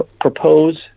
propose